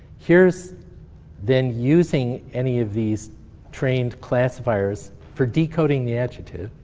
here's then using any of these trained classifiers for decoding the adjective.